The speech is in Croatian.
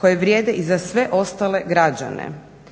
koji vrijede i za sve ostale građane.